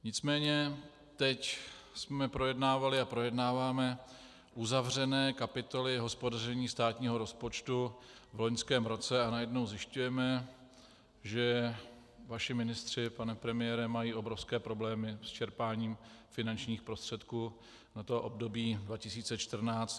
Nicméně teď jsme projednávali a projednáváme uzavřené kapitoly hospodaření státního rozpočtu v loňském roce a najednou zjišťujeme, že vaši ministři, pane premiére, mají obrovské problémy s čerpáním finančních prostředků na období 2014 až 2020.